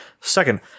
Second